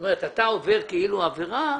אתה עובר עבירה,